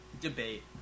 Debate